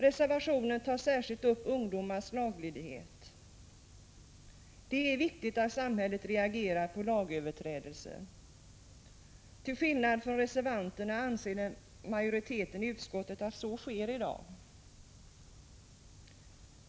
Reservationen tar särskilt upp frågan om ungdomars laglydighet. Det är viktigt att samhället reagerar på lagöverträdelser. Till skillnad från reservanterna anser majoriteten i utskottet att så sker i dag.